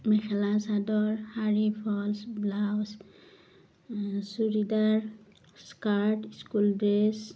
mekhela chador sari falls blouse churidar skirt school dress